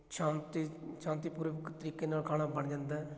ਸ਼ਾਂਤੀ ਸ਼ਾਂਤੀ ਪੂਰਵਕ ਤਰੀਕੇ ਨਾਲ ਖਾਣਾ ਬਣ ਜਾਂਦਾ